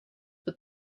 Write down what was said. but